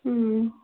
ହୁଁ